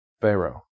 Pharaoh